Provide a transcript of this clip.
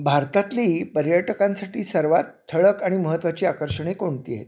भारतातली पर्यटकांसाठी सर्वात ठळक आणि महत्त्वाची आकर्षणे कोणती आहेत